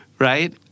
right